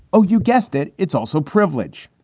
ah you guessed it, it's also privilege.